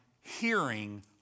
hearing